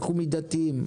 אנחנו מידתיים,